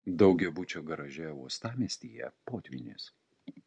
daugiabučio garaže uostamiestyje potvynis